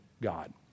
God